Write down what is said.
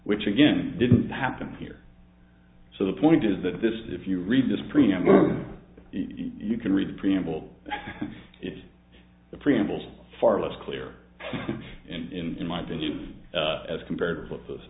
which again didn't happen here so the point is that this if you read this preamble you can read the preamble it's the preamble far less clear in my opinion as compared with those